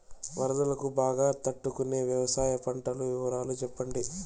వరదలకు బాగా తట్టు కొనే వ్యవసాయ పంటల వివరాలు చెప్పండి?